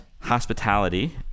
Hospitality